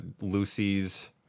Lucy's